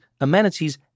amenities